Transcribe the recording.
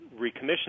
recommission